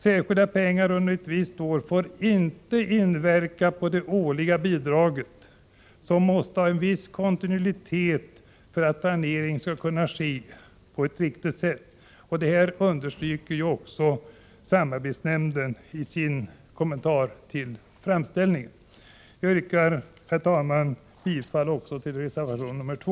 Särskilda pengar under ett visst år får inte inverka på det årliga bidraget, som måste ha en viss kontinuitet för att planeringen skall kunna ske på ett riktigt sätt. Detta understryker också samarbetsnämnden i sin kommentar till framställningen. Herr talman! Jag yrkar bifall även till reservation nr 2.